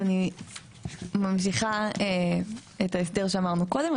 אני ממשיכה את ההסדר שהיה קודם.